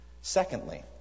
Secondly